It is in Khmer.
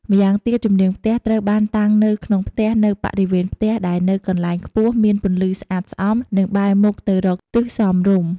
ម្យ៉ាងទៀតជំនាងផ្ទះត្រូវបានតាំងនៅក្នុងផ្ទះនៅបរិវេណផ្ទះដែលនៅកន្លែងខ្ពស់មានពន្លឺស្អាតស្អំនិងបែរមុខទៅរកទិសសមរម្យ។